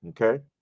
okay